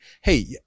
Hey